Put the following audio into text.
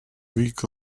week